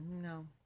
no